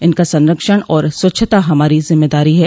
इनका संरक्षण और स्वच्छता हमारी जिम्मेदारी है